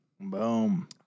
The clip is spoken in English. Boom